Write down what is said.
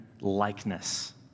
likeness